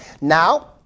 Now